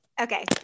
okay